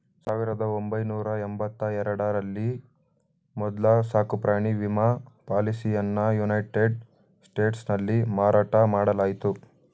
ಸಾವಿರದ ಒಂಬೈನೂರ ಎಂಬತ್ತ ಎರಡ ರಲ್ಲಿ ಮೊದ್ಲ ಸಾಕುಪ್ರಾಣಿ ವಿಮಾ ಪಾಲಿಸಿಯನ್ನಯುನೈಟೆಡ್ ಸ್ಟೇಟ್ಸ್ನಲ್ಲಿ ಮಾರಾಟ ಮಾಡಲಾಯಿತು